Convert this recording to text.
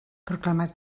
proclamat